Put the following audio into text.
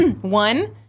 One